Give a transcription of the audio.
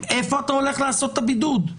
איפה אתה הולך לעשות את הבידוד?